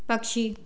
पक्षी